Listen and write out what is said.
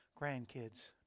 Grandkids